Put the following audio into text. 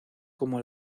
como